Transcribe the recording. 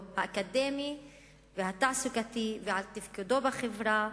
האקדמי והתעסוקתי ועל תפקודו בחברה,